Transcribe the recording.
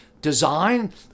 design